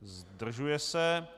Zdržuje se.